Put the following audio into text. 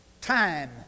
time